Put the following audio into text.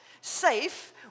safe